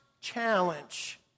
challenge